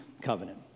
covenant